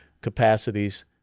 capacities